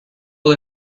all